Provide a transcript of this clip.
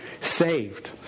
saved